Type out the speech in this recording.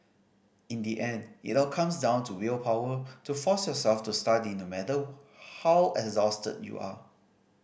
in the end it all comes down to willpower to force yourself to study no matter how exhausted you are